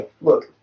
look